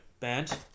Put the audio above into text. banned